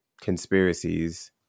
conspiracies